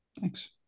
Thanks